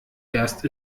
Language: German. erst